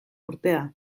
urtea